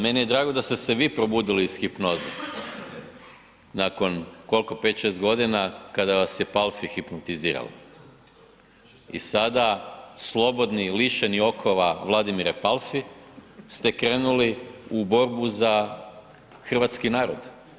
Meni je drago da ste se vi probudili iz hipnoze nakon koliko, 5, 6 g. kada je vas Palfi hipnotizirala i sada slobodno, lišeni okova Vladimire Palfi ste krenuli u borbu za hrvatski narod.